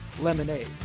lemonade